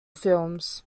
films